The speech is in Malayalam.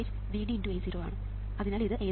അതിനാൽ ഇത് A0R1R1R2×VTEST ആണ്